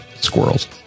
squirrels